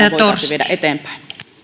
voitaisiin viedä eteenpäin